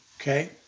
okay